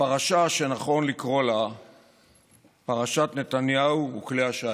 בפרשה שנכון לקרוא לה "פרשת נתניהו וכלי השיט",